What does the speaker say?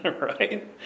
right